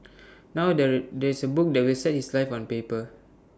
now there there is A book that will set his life on paper